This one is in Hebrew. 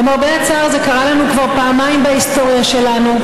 למרבה הצער זה קרה לנו כבר פעמיים בהיסטוריה שלנו,